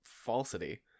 falsity